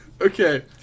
Okay